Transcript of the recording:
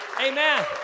Amen